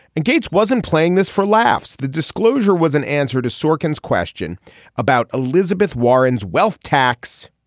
and gates wasn't playing this for laughs. the disclosure was an answer to sorkin's question about elizabeth warren's wealth tax.